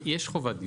יש חובת דיווח.